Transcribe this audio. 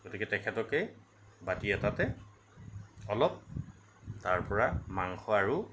গতিকে তেখেতকেই বাতি এটাতে অলপ তাৰপৰা মাংস আৰু